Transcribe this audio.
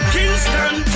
Kingston